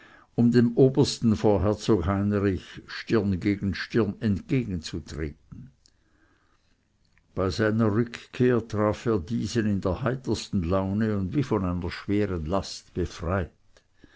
um dem obersten vor herzog heinrich stirn gegen stirn entgegenzutreten bei seiner rückkehr traf er diesen in der heitersten laune und wie von einer schweren last befreit